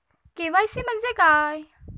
KYC म्हणजे काय?